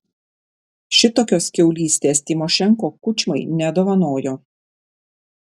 šitokios kiaulystės tymošenko kučmai nedovanojo